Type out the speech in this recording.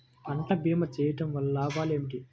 పంట భీమా చేయుటవల్ల లాభాలు ఏమిటి?